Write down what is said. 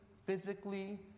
physically